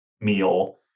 meal